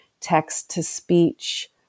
text-to-speech